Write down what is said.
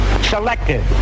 selected